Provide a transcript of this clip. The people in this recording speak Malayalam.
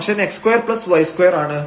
ഫംഗ്ഷൻ x2y2 ആണ്